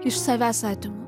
iš savęs atimu